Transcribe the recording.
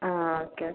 ആ okay okay